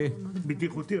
מחשב.